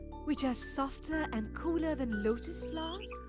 which are softer and cooler than lotus flowers?